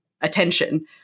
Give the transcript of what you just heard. attention